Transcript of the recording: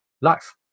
life